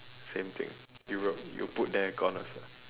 same thing Europe you put there gone also